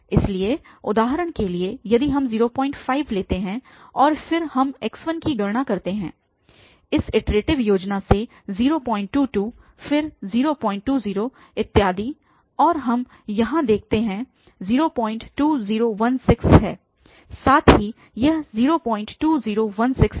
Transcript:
इसलिए उदाहरण के लिए यदि हम 05 लेते हैं और फिर हम x1 की गणना करते हैं इस इटरेटिव योजना से 022 फिर 020 इत्यादि और हम यहाँ देखते हैं 02016 है साथ ही यह 02016 था